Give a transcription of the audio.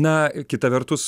na kita vertus